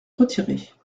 retirer